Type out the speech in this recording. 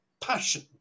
passion